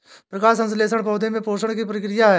प्रकाश संश्लेषण पौधे में पोषण की प्रक्रिया है